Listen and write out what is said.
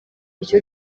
icyo